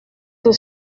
que